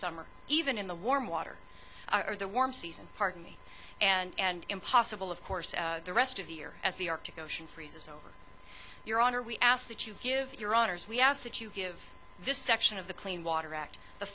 summer even in the warm water or the warm season pardon me and impossible of course the rest of the year as the arctic ocean freezes over your honor we ask that you give your honour's we ask that you give this section of the clean water act the